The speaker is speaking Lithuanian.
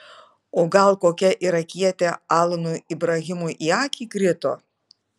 o gal kokia irakietė alanui ibrahimui į akį krito